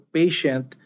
patient